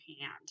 hand